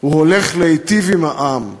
הוא הולך להיטיב עם העם.